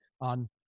on